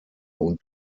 und